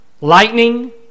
lightning